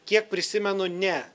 kiek prisimenu ne